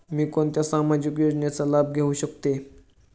मी कोणत्या सामाजिक योजनेचा लाभ घेऊ शकते?